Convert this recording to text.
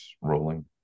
rolling